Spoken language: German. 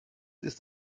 ist